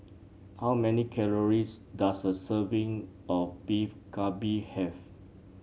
how many calories does a serving of Beef Galbi have